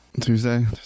Tuesday